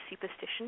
superstition